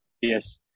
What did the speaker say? yes